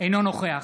אינו נוכח